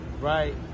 right